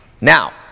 now